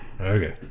Okay